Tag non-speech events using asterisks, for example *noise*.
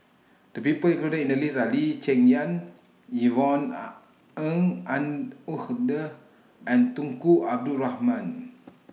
The People included in The list Are Lee Cheng Yan Yvonne *hesitation* Ng and Uhde and Tunku Abdul Rahman